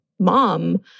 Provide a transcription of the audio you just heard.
mom